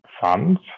funds